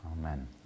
Amen